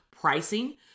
pricing